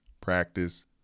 practice